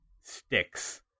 sticks